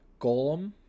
golem